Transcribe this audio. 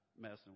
messing